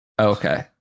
okay